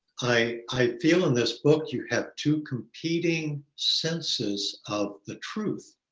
i feel in this book, you have two competing senses of the truth.